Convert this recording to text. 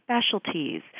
specialties